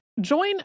Join